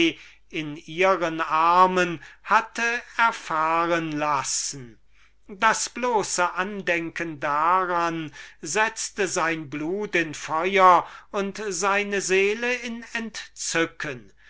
in ihren armen hatte erfahren lassen das bloße andenken daran setzte sein blut in feuer und seine seele in entzückung